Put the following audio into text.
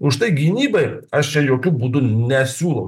užtai gynybai aš čia jokiu būdu nesiūlau